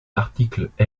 l’article